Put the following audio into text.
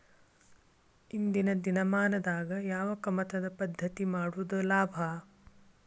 ಇಂದಿನ ದಿನಮಾನದಾಗ ಯಾವ ಕಮತದ ಪದ್ಧತಿ ಮಾಡುದ ಲಾಭ?